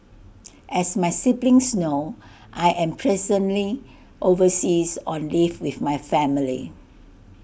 as my siblings know I am presently overseas on leave with my family